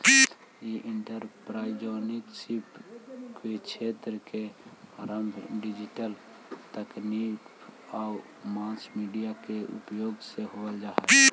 ई entrepreneurship क्क्षेत्र के आरंभ डिजिटल तकनीक आउ मास मीडिया के उपयोग से होलइ हल